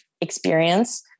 experience